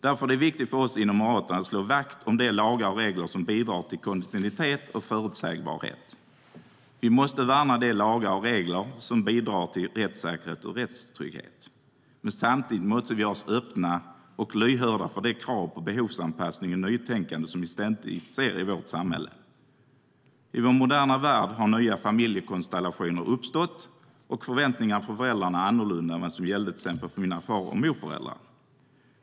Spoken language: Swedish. Därför är det viktigt för oss inom Moderaterna att slå vakt om de lagar och regler som bidrar till kontinuitet och förutsägbarhet. Vi måste värna de lagar och regler som bidrar till rättssäkerhet och rättstrygghet. Samtidigt måste vi dock hålla oss öppna och lyhörda för de krav på behovsanpassning och nytänkande vi ständigt ser i vårt samhälle. I vår moderna värld har nya familjekonstellationer uppstått, och förväntningarna på föräldrarna är annorlunda än vad som gällde till exempel för mina far och morföräldrar.